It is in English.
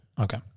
Okay